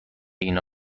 اینا